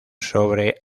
sobre